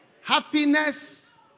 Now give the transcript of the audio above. Happiness